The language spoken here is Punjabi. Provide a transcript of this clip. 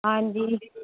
ਹਾਂਜੀ